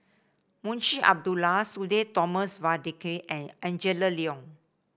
Munshi Abdullah Sudhir Thomas Vadaketh and Angela Liong